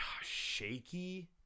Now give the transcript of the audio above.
shaky